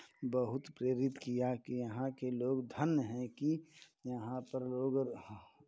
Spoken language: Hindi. बहुत प्रेरित किया कि यहाँ के लोग धन्य हैं कि यहाँ पर लोग